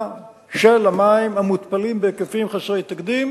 של המים המותפלים בהיקפים חסרי תקדים,